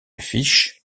fiche